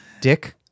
Dick